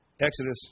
Exodus